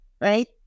right